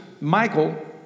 Michael